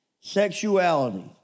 sexuality